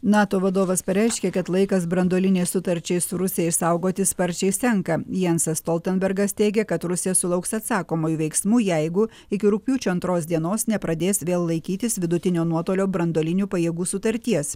nato vadovas pareiškė kad laikas branduolinei sutarčiai su rusija išsaugoti sparčiai senka jansas stoltenbergas teigė kad rusija sulauks atsakomųjų veiksmų jeigu iki rugpjūčio antros dienos nepradės vėl laikytis vidutinio nuotolio branduolinių pajėgų sutarties